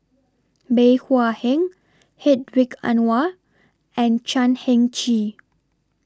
Bey Hua Heng Hedwig Anuar and Chan Heng Chee